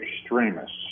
extremists